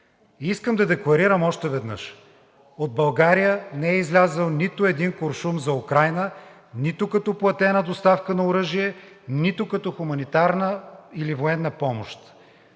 искам да декларирам още веднъж – от България не е излязъл нито един куршум за Украйна нито като платена доставка на оръжие, нито като хуманитарна или военна помощ.